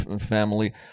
family